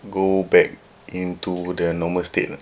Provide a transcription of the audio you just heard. go back into the normal state lah